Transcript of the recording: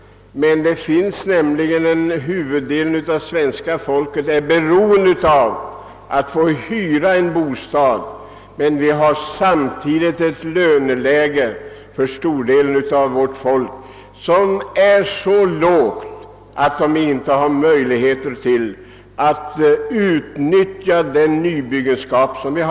Emellertid är huvuddelen av svenska folket beroende av att få hyra en bostad, och samtidigt är löneläget för en större del av vårt folk så lågt, att dessa människor inte har möjlighet att utnyttja nyproduktionen av bostäder.